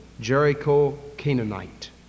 Jericho-Canaanite